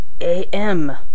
A.M